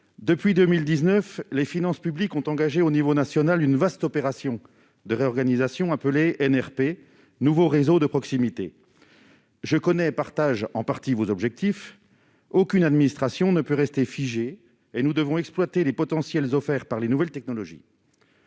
depuis 2019 les finances publiques ont engagé au niveau national, une vaste opération de réorganisation appelé INRP nouveaux réseaux de proximité, je connais partage en partie vos objectifs, aucune administration ne peut rester figés et nous devons exploiter les potentiels offerts par les nouvelles technologies.